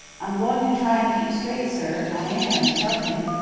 i'm going to try and keep straight, sir, i am s'help me!